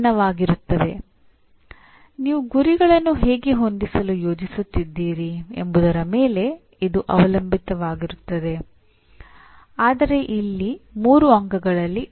ಪಠ್ಯದ ಗುರಿಗಳ ಬಗ್ಗೆ ಸ್ಪಷ್ಟವಾಗಿ ತಿಳಿಸಿದಾಗ ವಿದ್ಯಾರ್ಥಿಗಳು ಉತ್ತಮವಾಗಿ ಕಲಿಯುತ್ತಾರೆ ಮತ್ತು ಇಲ್ಲಿ ಗುರಿಗಳು ಎಂದರೆ ಪರಿಣಾಮದ ವಾಕ್ಯಗಳಾಗಿವೆ